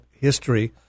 history